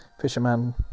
Fisherman